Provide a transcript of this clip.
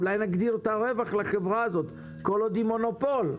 אולי נגדיר את הרווח לחברה הזאת כל עוד היא מונופול,